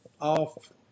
off